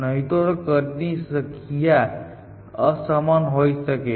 નહિ તો કદ ની સંખ્યા અસમાન હોઈ શકે છે